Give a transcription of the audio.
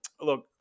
look